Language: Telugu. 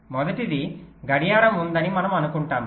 మొదటిది గడియారం ఉందని మనము అనుకుంటాము